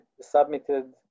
submitted